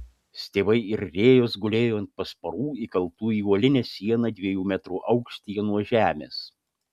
stiebai ir rėjos gulėjo ant pasparų įkaltų į uolinę sieną dviejų metrų aukštyje nuo žemės